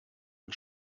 und